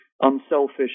unselfish